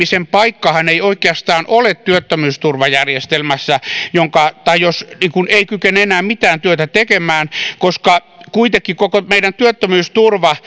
tämmöisen ihmisen paikkahan ei oikeastaan ole työttömyysturvajärjestelmässä jos hän ei kykene enää mitään työtä tekemään koska koko meidän työttömyysturva